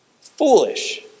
Foolish